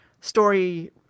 story